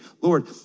Lord